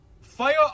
Fire